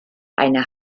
eine